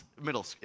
middle